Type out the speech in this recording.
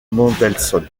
mendelssohn